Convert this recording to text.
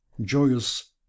joyous